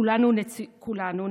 כולנו,